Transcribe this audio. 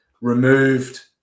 removed